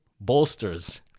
Bolsters